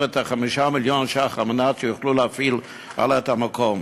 את 5 מיליון השקלים על מנת שיוכלו להפעיל הלאה את המקום.